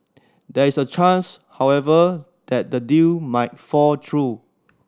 there is a chance however that the deal might fall through